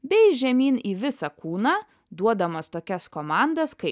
bei žemyn į visą kūną duodamas tokias komandas kai